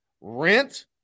rent